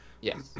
yes